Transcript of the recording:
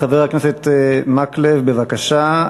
חבר הכנסת אורי מקלב, בבקשה.